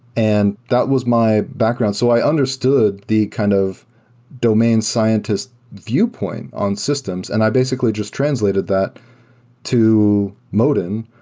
and that was my background. so i understood the kind of domain scientists viewpoint on systems and i basically just translated that to modin,